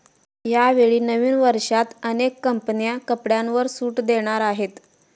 यावेळी नवीन वर्षात अनेक कंपन्या कपड्यांवर सूट देणार आहेत